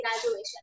graduation